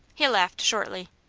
he laughed, shortly.